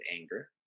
anger